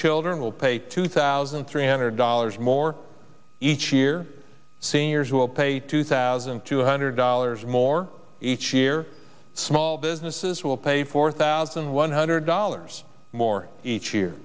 children will pay two thousand three hundred dollars more each year seniors will pay two thousand two hundred dollars more each year small businesses will pay for that thousand one hundred dollars more each year